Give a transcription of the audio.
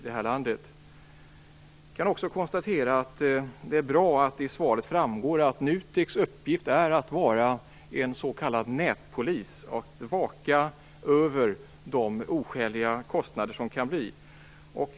Det är bra att det i svaret framgår att NUTEK:s uppgift är att vara en s.k. nätpolis och bevaka att kostnaderna inte blir oskäliga.